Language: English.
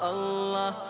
Allah